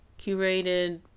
curated